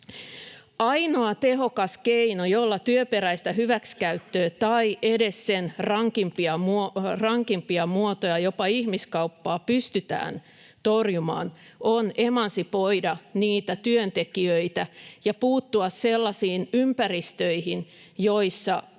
Ainoa tehokas keino, jolla työperäistä hyväksikäyttöä tai edes sen rankimpia muotoja, jopa ihmiskauppaa, pystytään torjumaan, on emansipoida niitä työntekijöitä ja puuttua sellaisiin ympäristöihin, joissa